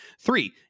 Three